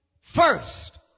First